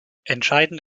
entscheidend